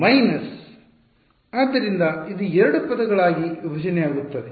minus ಸರಿ ಆದ್ದರಿಂದ ಇದು ಎರಡು ಪದಗಳಾಗಿ ವಿಭಜನೆಯಾಗುತ್ತದೆ